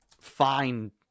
fine